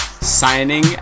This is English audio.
signing